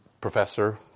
professor